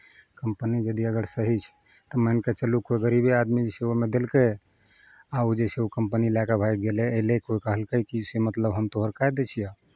company यदि अगर सही छै तऽ मानि कऽ चलू कोइ गरीबे आदमी जे छै ओहिमे देलकै आ ओ जे छै ओ कंपनी लए कऽ भागि गेलै अयलै कोइ कहलकै कि से मतलब हम तोहर कए दै छिअह